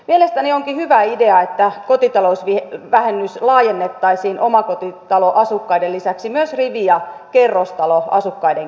mielestäni onkin hyvä idea että kotitalousvähennys laajennettaisiin omakotitaloasukkaiden lisäksi myös rivi ja kerrostaloasukkaiden käyttöön